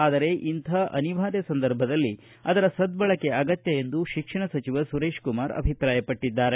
ಆದರೆ ಇಂಥ ಅನಿವಾರ್ಯ ಸಂದರ್ಭದಲ್ಲಿ ಅದರ ಸದ್ದಳಕೆ ಆಗತ್ತ ಎಂದು ಶಿಕ್ಷಣ ಸಚಿವ ಸುರೇಶಕುಮಾರ ಅಭಿಪ್ರಾಯಪಟ್ಟಿದ್ದಾರೆ